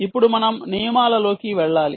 ఇప్పుడు మనం నియమాలలోకి వెళ్ళాలి